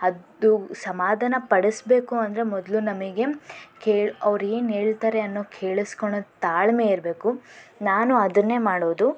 ಅದು ಸಮಾಧಾನ ಪಡಿಸ್ಬೇಕು ಅಂದರೆ ಮೊದಲು ನಮಗೆ ಕೇಳಿ ಅವರು ಏನು ಹೇಳ್ತಾರೆ ಅನ್ನೋ ಕೇಳಿಸ್ಕೊಳ್ಳೋ ತಾಳ್ಮೆ ಇರಬೇಕು ನಾನು ಅದನ್ನೇ ಮಾಡೋದು